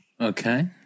Okay